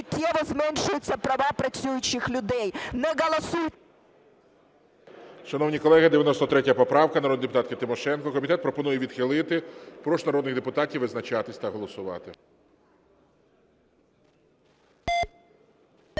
Шановні колеги, 93 поправка народної депутатки Тимошенко. Комітет пропонує відхилити. Прошу народних депутатів визначатися та голосувати.